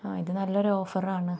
ആ ഇത് നല്ലൊരു ഓഫറാണ്